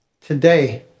today